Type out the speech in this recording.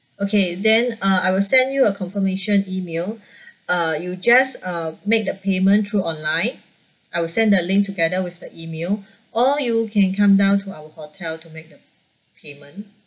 okay then uh I will send you a confirmation email uh you just uh make the payment through online I will send the link together with the email or you can come down to our hotel to make the payment